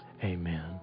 Amen